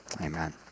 Amen